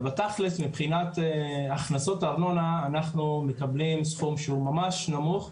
אבל בתכל'ס מבחינת הכנסות ארנונה אנחנו מקבלים סכום שהוא ממש נמוך,